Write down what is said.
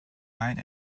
line